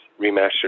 remastered